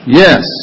yes